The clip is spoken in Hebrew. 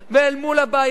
ואל מול הבעיות בחינוך,